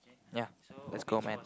ya let's go man